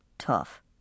tough